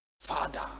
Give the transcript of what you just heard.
father